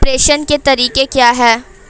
प्रेषण के तरीके क्या हैं?